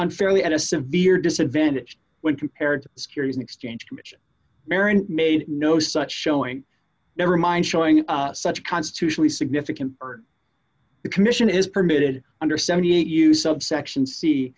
unfairly at a severe disadvantage when compared to the securities and exchange commission marion made no such showing nevermind showing such a constitutionally significant or a commission is permitted under seventy eight dollars use subsection